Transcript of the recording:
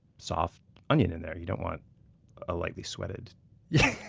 soft onion in there. you don't want a lightly sweated,